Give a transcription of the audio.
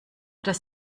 das